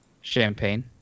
Champagne